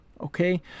okay